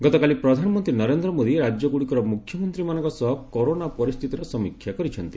ଗତକାଲି ପ୍ରଧାନମନ୍ତ୍ରୀ ନରେନ୍ଦ୍ର ମୋଦୀ ରାଜ୍ୟଗୁଡ଼ିକର ମୁଖ୍ୟମନ୍ତ୍ରୀମାନଙ୍କ ସହ କରୋନା ପରିସ୍ଥିତିର ସମୀକ୍ଷା କରିଛନ୍ତି